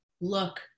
look